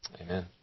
Amen